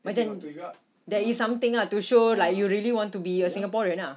macam there is something ah to show like you really want to be a singaporean lah